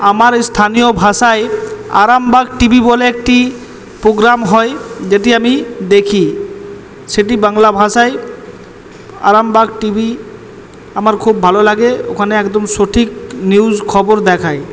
আমার এস্থানীয় ভাষায় আরামবাগ টি ভি বলে একটি পোগ্রাম হয় যেটি আমি দেখি সেটি বাংলা ভাষায় আরামবাগ টি ভি আমার খুব ভালো লাগে ওখানে একদম সঠিক নিউস খবর দেখায়